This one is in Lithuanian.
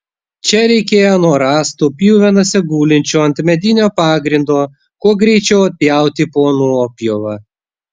čia reikėjo nuo rąstų pjuvenose gulinčių ant medinio pagrindo kuo greičiau atpjauti po nuopjovą